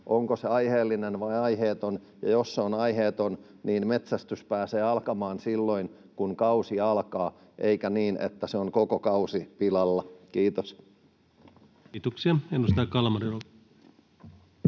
onko se aiheellinen vai aiheeton, ja jos se on aiheeton, niin metsästys pääsee alkamaan silloin, kun kausi alkaa, eikä niin, että on koko kausi pilalla. — Kiitos. Kiitoksia. — Edustaja Kalmari,